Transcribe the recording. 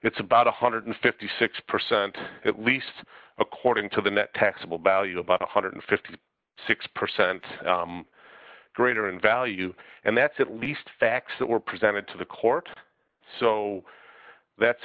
it's about one hundred and fifty six percent at least according to the net taxable value about one hundred and fifty six percent greater in value and that's at least facts that were presented to the court so that's